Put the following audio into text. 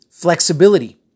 Flexibility